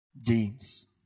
James